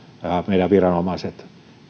meidän viranomaiset